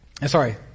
sorry